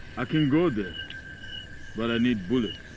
i can go there, but i need bullets.